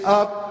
up